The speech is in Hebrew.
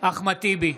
אחמד טיבי,